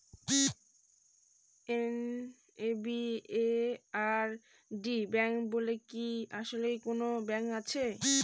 NABARD bank বলে কি আসলেই কোনো ব্যাংক আছে?